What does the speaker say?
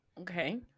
Okay